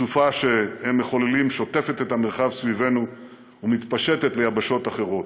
הסופה שהם מחוללים שוטפת את המרחב סביבנו ומתפשטת ליבשות אחרות.